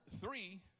three